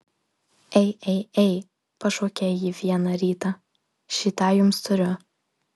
ei ei ei pašaukė ji vieną rytą šį tą jums turiu